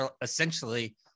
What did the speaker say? essentially